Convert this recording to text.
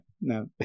No